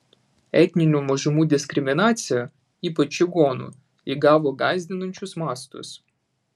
etninių mažumų diskriminacija ypač čigonų įgavo gąsdinančius mastus